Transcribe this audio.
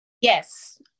Yes